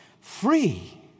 free